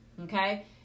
Okay